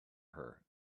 her